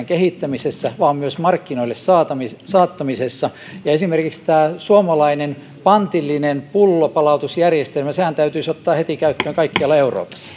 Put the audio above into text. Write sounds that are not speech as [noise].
[unintelligible] kehittämisessä vaan myös markkinoille saattamisessa esimerkiksi tämä suomalainen pantillinen pullonpalautusjärjestelmähän täytyisi ottaa heti käyttöön kaikkialla euroopassa [unintelligible]